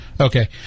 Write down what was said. Okay